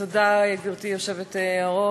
תודה, גברתי היושבת-ראש.